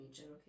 Okay